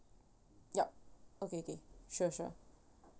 yup okay okay sure sure